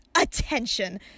attention